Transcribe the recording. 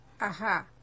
Aha